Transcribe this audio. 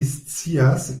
scias